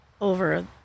over